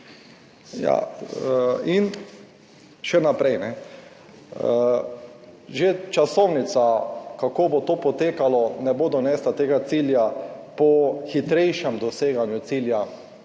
In še naprej, že časovnica, kako bo to potekalo, ne bo prinesla tega cilja po hitrejšem doseganju cilja,